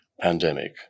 pandemic